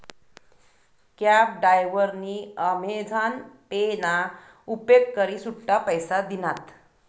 cab डायव्हरनी Amazon pay ना उपेग करी सुट्टा पैसा दिनात